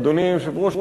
אדוני היושב-ראש,